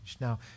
Now